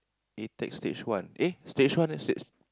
A tech stage one eh stage one then stage